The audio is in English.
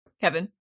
kevin